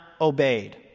obeyed